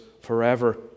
forever